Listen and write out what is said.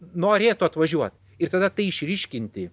norėtų atvažiuot ir tada tai išryškinti